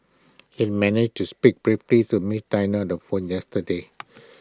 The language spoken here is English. IT managed to speak briefly to miss Diana on the phone yesterday